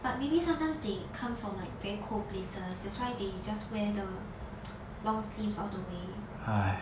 but maybe sometimes they come from like very cold places that's why they just wear the long sleeve all the way